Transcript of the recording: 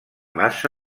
massa